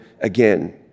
again